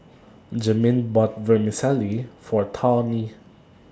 Jamin bought Vermicelli For Tawny